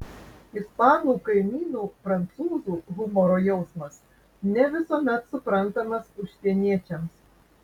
ispanų kaimynų prancūzų humoro jausmas ne visuomet suprantamas užsieniečiams